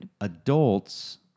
Adults